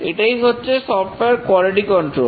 এটাই হচ্ছে software quality control